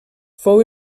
fou